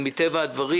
מטבע הדברים